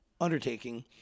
undertaking